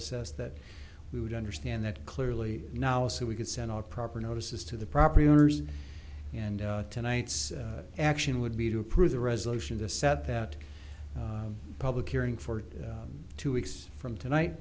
assessed that we would understand that clearly now is that we could send our proper notices to the property owners and tonight's action would be to approve the resolution to set that public hearing for two weeks from tonight